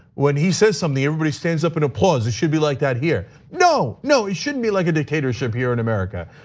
when he says something, everybody stands up and applause. it should be like that here. no, no, it shouldn't be like a dictatorship here in america.